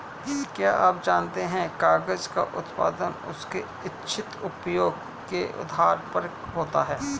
क्या आप जानते है कागज़ का उत्पादन उसके इच्छित उपयोग के आधार पर होता है?